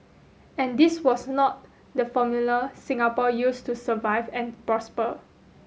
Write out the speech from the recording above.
and this was not the formula Singapore used to survive and prosper